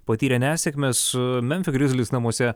patyrė nesėkmes memfio grizlis namuose